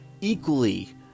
equally